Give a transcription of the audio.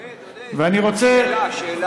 עודד, עודד, שאלה, שאלה.